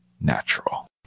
natural